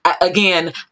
again